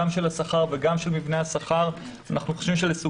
גם של השכר וגם של מבנה השכר אלה סוגיות